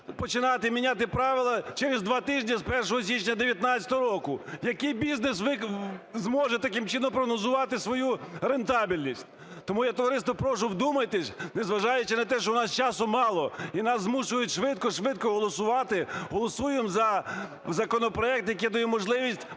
починати міняти правила через 2 тижні з 1 січня 19-го року? Який бізнес зможе таким чином прогнозувати свою рентабельність? Тому я, товариство, прошу, вдумайтесь, незважаючи на те, що в нас часу мало і нас змушують швидко-швидко голосувати, голосуємо за законопроект, який дає можливість